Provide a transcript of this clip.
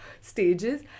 stages